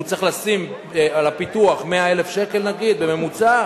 הוא צריך לשים על הפיתוח 100,000 שקל בממוצע,